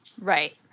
Right